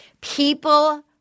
people